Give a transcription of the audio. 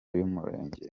y’umurengera